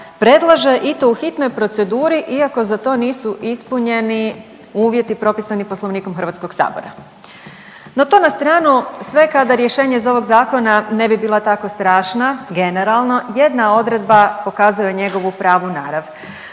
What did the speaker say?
predlaže i to u hitnoj proceduri iako za to nisu ispunjeni uvjeti propisani Poslovnikom Hrvatskog sabora. No, to na stranu sve kada rješenja iz ovog zakona ne bi bila tako strašna generalno. Jedna odredba pokazuje njegovu pravu narav,